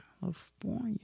California